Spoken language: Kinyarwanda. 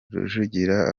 rujugira